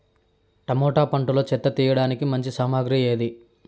Tomato పంటలో చెత్త తీయడానికి మంచి సామగ్రి ఏది?